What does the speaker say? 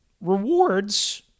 Rewards